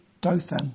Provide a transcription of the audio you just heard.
Dothan